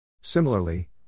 Similarly